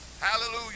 Hallelujah